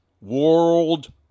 World